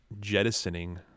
jettisoning